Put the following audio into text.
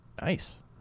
Nice